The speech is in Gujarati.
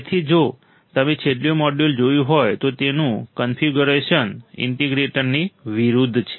તેથી જો તમે છેલ્લું મોડ્યુલ જોયું હોય તો તેનું કન્ફિગ્યુરેશન ઇન્ટિગ્રેટરની વિરુદ્ધ છે